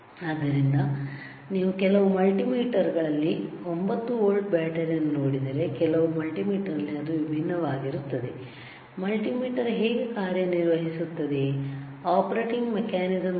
ಆದ್ದರಿಂದ ನೀವು ಕೆಲವು ಮಲ್ಟಿಮೀಟರ್ಗಳಲ್ಲಿ 9 ವೋಲ್ಟ್ ಬ್ಯಾಟರಿಯನ್ನು ನೋಡಿದರೆ ಕೆಲವು ಮಲ್ಟಿಮೀಟರ್ ನಲ್ಲಿ ಅದು ವಿಭಿನ್ನವಾಗಿರುತ್ತದೆ ಮಲ್ಟಿಮೀಟರ್ ಹೇಗೆ ಕಾರ್ಯನಿರ್ವಹಿಸುತ್ತದೆ ಆಪರೇಟಿಂಗ್ ಮೆಕ್ಯಾನಿಸಮ್ ಯಾವುದು